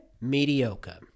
mediocre